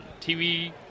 TV